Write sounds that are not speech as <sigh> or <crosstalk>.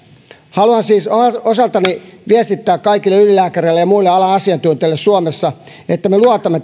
haluan siis osaltani viestittää kaikille ylilääkäreille ja muille alan asiantuntijoille suomessa että me luotamme <unintelligible>